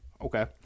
Okay